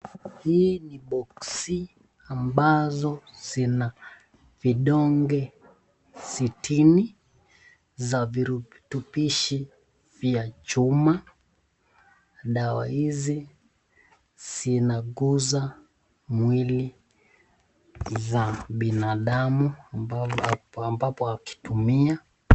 Hii ni (cs]boxi [cs)ambazo zinavidonge sitini za vitupishi vya chuma. Dawa hizi zinaguza mwili za binadamu ambapo akitumia.